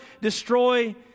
destroy